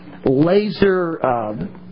Laser